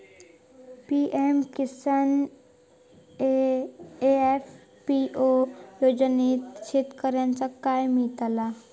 PM Kisan FPO योजनाच्यात शेतकऱ्यांका काय मिळता?